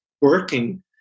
working